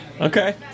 Okay